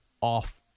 off